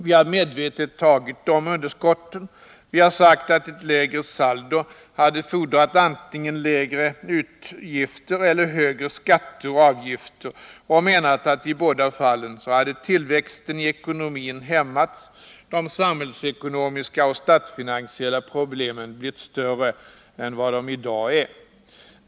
Vi har medvetet accepterat dessa underskott och sagt att ett lägre saldo skulle ha fordrat antingen lägre utgifter eller högre skatter och avgifter. I båda fallen hade, enligt vår mening, tillväxten i ekonomin hämmats och de samhällsekonomiska och statsfinansiella problemen blivit större än vad de i dag är.